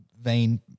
vein